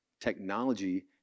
Technology